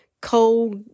cold